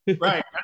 Right